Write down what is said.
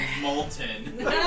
molten